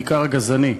בעיקר הגזעני,